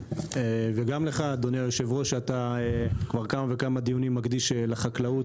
וגם לך אדוני היושב-ראש שאתה כבר כמה וכמה דיונים מקדיש לחקלאות,